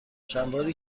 چندباری